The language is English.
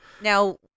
Now